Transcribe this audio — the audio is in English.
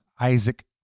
Isaac